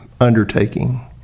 undertaking